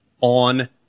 on